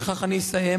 ובכך אני אסיים.